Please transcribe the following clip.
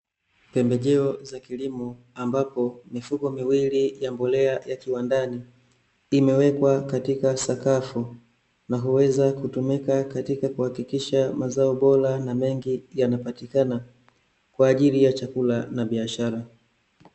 Pembejeo za kilimo ambapo mifuko miwili ya mbolea ya kiwandani imewekwa katika sakafu, na huweza kutumika katika kuhakikisha mazao bora na mengi yanapatikana, kwaajili ya chakula na biashara.